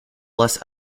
less